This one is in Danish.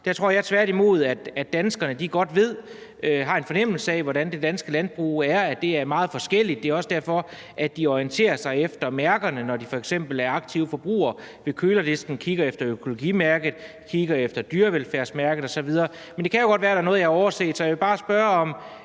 Der tror jeg tværtimod, at danskerne godt ved, har en fornemmelse af, hvordan det danske landbrug er, og at det er meget forskelligt, og at de derfor også orienterer sig efter mærkerne, når de f.eks. er aktive forbrugere ved køledisken, og kigger efter økologimærket, kigger efter dyrevelfærdsmærket osv. Men det kan jo godt være, at der er noget, jeg har overset, så jeg vil bare spørge, om